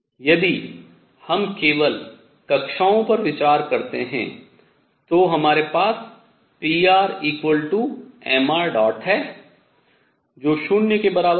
यदि हम केवल कक्षाओं पर विचार करते हैं तो हमारे पास pr equal to mr है जो शून्य के बराबर है